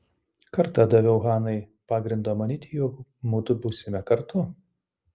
kartą daviau hanai pagrindo manyti jog mudu būsime kartu